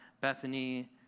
Bethany